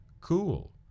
cool